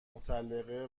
مطلقه